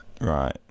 Right